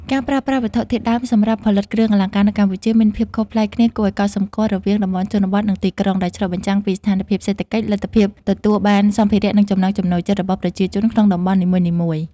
ការប្រើប្រាស់វត្ថុធាតុដើមសម្រាប់ផលិតគ្រឿងអលង្ការនៅកម្ពុជាមានភាពខុសប្លែកគ្នាគួរឲ្យកត់សម្គាល់រវាងតំបន់ជនបទ និងទីក្រុង ដែលឆ្លុះបញ្ចាំងពីស្ថានភាពសេដ្ឋកិច្ច លទ្ធភាពទទួលបានសម្ភារៈ និងចំណង់ចំណូលចិត្តរបស់ប្រជាជនក្នុងតំបន់នីមួយៗ។